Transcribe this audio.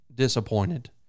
disappointed